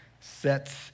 sets